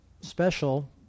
special